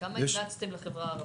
כמה המלצתם לחברה הערבית?